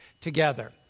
together